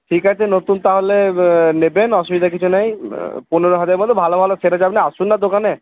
ঠিক আছে নতুন তাহলে নেবেন অসুবিধা কিছু নেই পনেরো হাজারের মধ্যে ভালো ভালো সেট আছে আপনি আসুন না দোকানে